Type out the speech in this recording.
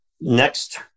next